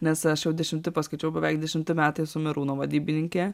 nes aš jau dešimti paskaičiavau beveik dešimti metai esu merūno vadybininkė